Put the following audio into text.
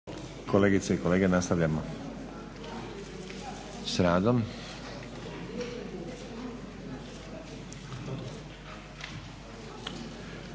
Kolegice i kolege, nastavljamo s radom.